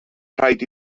rhaid